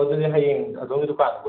ꯑꯗꯨꯗꯤ ꯍꯌꯦꯡ ꯑꯗꯣꯝꯒꯤ ꯗꯨꯀꯥꯟꯗ ꯀꯣꯏꯊꯣꯛꯆꯔꯛꯑꯒꯦ